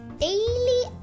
Daily